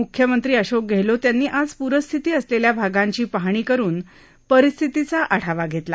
मुख्यमंत्री अशोक गहलोत यांनी आज प्रस्थिती असलेल्या भागांची पाहणी करुन परिस्थतीचा आढावा घेतला